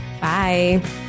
bye